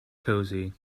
cosy